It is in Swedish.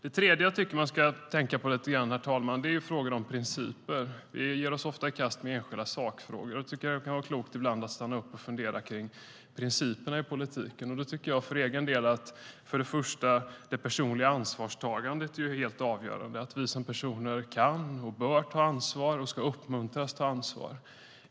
Det tredje som jag tycker att man ska tänka på lite grann är frågan om principer. Vi ger oss ofta i kast med enskilda sakfrågor. Jag tycker att det kan vara klokt att ibland stanna upp och fundera kring principerna i politiken. För egen del tycker jag att det personliga ansvarstagandet är helt avgörande, att vi som personer kan och bör ta ansvar och ska uppmuntras att ta ansvar.